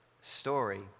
story